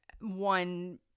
one